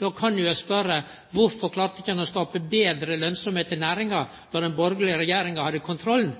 Då kan eg spørje: Kvifor klarte ein ikkje å skape betre lønnsemd i næringa då den borgarlege regjeringa hadde